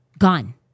gone